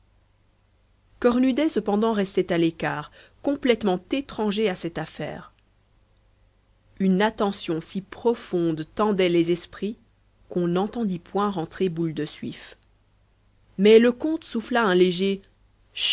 cornudet cependant restait à l'écart complètement étranger à cette affaire une attention si profonde tendait les esprits qu'on n'entendit point rentrer boule de suif mais le comte souffla un léger